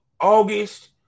August